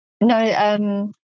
No